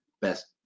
best